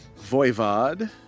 Voivod